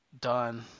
done